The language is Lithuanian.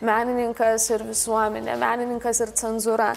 menininkas ir visuomenė menininkas ir cenzūra